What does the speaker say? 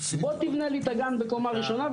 בוא תבנה לי את הגן בקומה ראשונה,